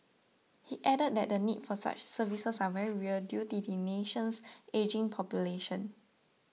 he added that the need for such services are very real due to the nation's ageing population